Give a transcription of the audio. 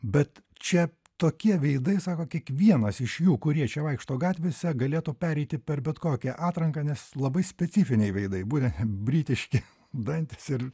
bet čia tokie veidai sako kiekvienas iš jų kurie čia vaikšto gatvėse galėtų pereiti per bet kokią atranką nes labai specifiniai veidai būtent britiški dantys ir